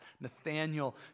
Nathaniel